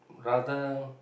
rather